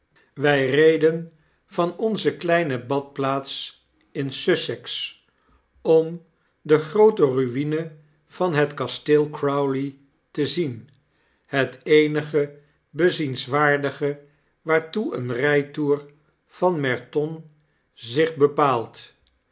wy reden van onze kleine badplaats in s u ss e x om de groote rui'ne van het kasteel crowley te zien het eenige bezienswaardige waartoe een rytoer van mer ton zich bepaalt